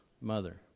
mother